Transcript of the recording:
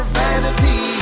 vanity